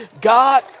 God